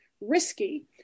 risky